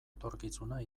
etorkizuna